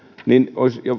niin